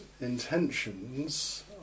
intentions